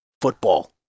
football